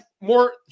more